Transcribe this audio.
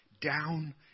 down